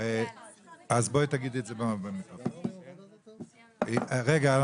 18:00. (הישיבה נפסקה בשעה 17:26 ונתחדשה בשעה 18:00.) אנחנו